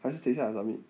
还是等一下才 submit